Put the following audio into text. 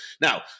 Now